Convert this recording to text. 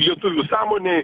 lietuvių sąmonėj